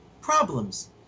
problems